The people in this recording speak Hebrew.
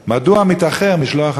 4. מדוע מתאחר משלוח הדואר?